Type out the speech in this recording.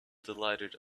delighted